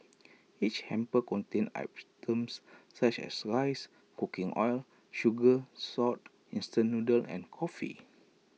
each hamper contained items such as rice cooking oil sugar salt instant noodles and coffee